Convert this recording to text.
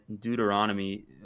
Deuteronomy